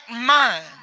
mind